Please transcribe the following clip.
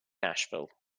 nashville